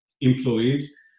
employees